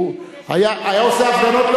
שהוא עשה הפגנות,